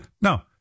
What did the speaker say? no